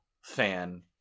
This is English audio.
fan